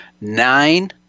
nine